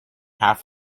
half